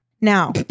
Now